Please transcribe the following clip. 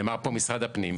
נאמר פה משרד הפנים,